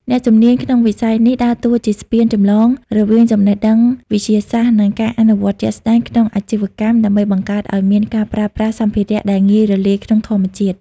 អ្នកជំនាញក្នុងវិស័យនេះដើរតួជាស្ពានចម្លងរវាងចំណេះដឹងវិទ្យាសាស្ត្រ និងការអនុវត្តជាក់ស្ដែងក្នុងអាជីវកម្ម ដើម្បីបង្កើតឱ្យមានការប្រើប្រាស់សម្ភារៈដែលងាយរលាយក្នុងធម្មជាតិ។